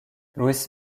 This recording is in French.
luis